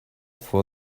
for